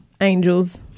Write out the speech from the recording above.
Angels